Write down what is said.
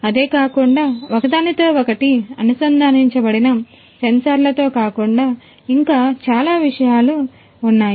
అదే కాకుండా ఒకదానితో ఒకటి అనుసంధానించబడిన సెన్సార్లతో కాకుండా ఇంకా చాలా విషయాలు ఉన్నాయి